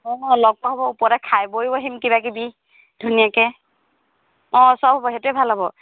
অঁ লগ পোৱা হ'ব ওপৰতে খাই বৈও আহিম কিবা কিবি ধুনীয়াকৈ অঁ সব হ'ব সেইটোৱে ভাল হ'ব